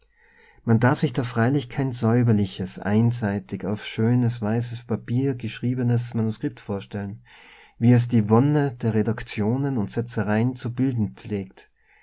man darf sich da freilich kein säuberliches einseitig auf schönes weißes papier geschriebenes manuskript vorstellen wie es die wonne der redaktionen und setzereien zu bilden pflegt